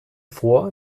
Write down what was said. vor